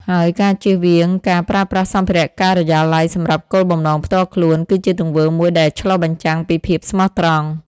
ហើយការជៀសវាងការប្រើប្រាស់សម្ភារៈការិយាល័យសម្រាប់គោលបំណងផ្ទាល់ខ្លួន គឺជាទង្វើមួយដែលឆ្លុះបញ្ចាំងពីភាពស្មោះត្រង់។